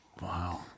Wow